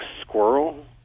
squirrel